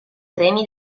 treni